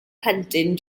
plentyn